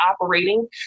operating